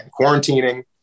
quarantining